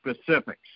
specifics